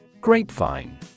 Grapevine